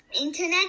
internet